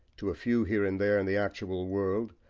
to a few here and there in the actual world,